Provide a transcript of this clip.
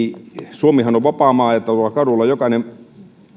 suomihan on vapaa maa että tuolla kadulla jokainen